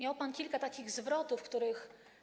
Użył pan kilku takich zwrotów, których.